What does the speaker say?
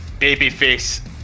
babyface